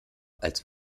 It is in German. als